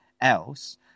else